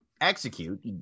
execute